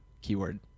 keyword